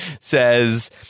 says